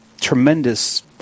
tremendous